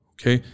Okay